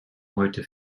heute